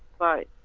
but